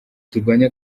turwanye